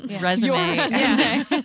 resume